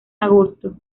agosto